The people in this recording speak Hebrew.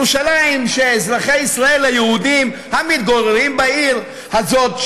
אזרחי ישראל היהודים המתגוררים בעיר הזאת,